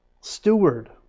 steward